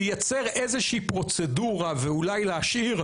לייצר איזה שהיא פרוצדורה ואולי להשאיר,